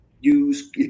use